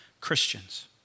Christians